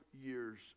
years